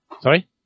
Sorry